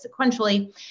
sequentially